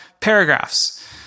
paragraphs